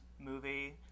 movie